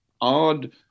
odd